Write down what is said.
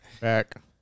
Back